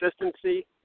consistency